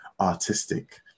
artistic